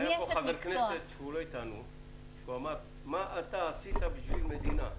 היה פה חבר כנסת שהוא לא איתנו שאמר: מה אתה עשית בשביל מדינה?